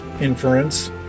inference